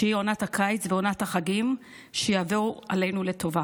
שהיא עונת הקיץ ועונת החגים שיבואו עלינו לטובה.